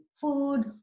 food